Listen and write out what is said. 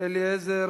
אליעזר